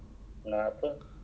but